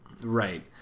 right